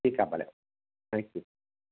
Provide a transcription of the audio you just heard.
ठीकु आहे भले थैंक यू